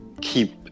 keep